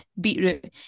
beetroot